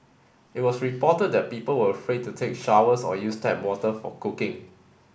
it was reported that people were afraid to take showers or use tap water for cooking